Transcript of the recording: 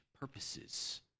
purposes